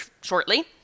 shortly